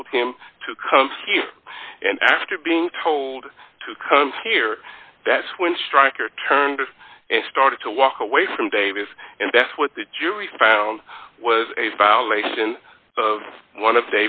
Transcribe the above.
told him to come and after being told to come here that's when stryker turned and started to walk away from davis and death with the jury found was a violation of one of